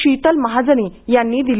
शीतल महाजनी यांनी दिली